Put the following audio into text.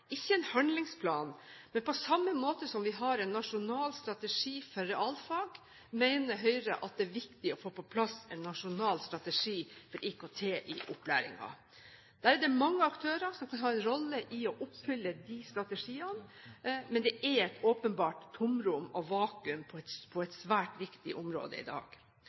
ikke en handlingsplan, men på samme måte som vi har en nasjonal strategi for realfag, mener Høyre at det er viktig å få på plass en nasjonal strategi for IKT i opplæringen. Der er det mange aktører som kan ha en rolle i å oppfylle de strategiene, men det er åpenbart et tomrom og vakuum på et svært viktig område i dag.